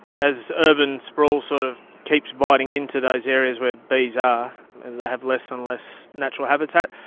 as urban sprawl sort of keeps biting into those areas where bees are they have less and less natural habitat,